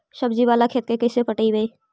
सब्जी बाला खेत के कैसे पटइबै?